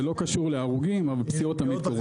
זה לא קשור להרוגים, אבל פציעות תמיד קורות.